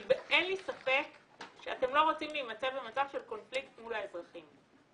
אין לי ספק שאתם לא רוצים להימצא במצב של קונפליקט מול האזרחים.